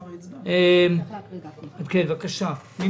בבקשה, מי